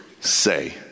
say